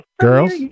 Girls